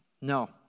No